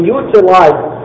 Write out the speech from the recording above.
utilize